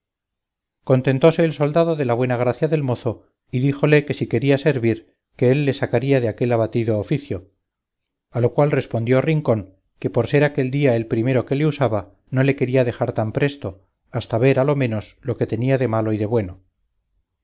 contentóse el soldado de la buena gracia del mozo y díjole que si quería servir que él le sacaría de aquel abatido oficio a lo cual respondió rincón que por ser aquel día el primero que le usaba no le quería dejar tan presto hasta ver a lo menos lo que tenía de malo y bueno